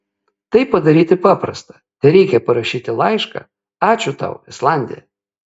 tai padaryti paprasta tereikia parašyti laišką ačiū tau islandija